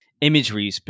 imagery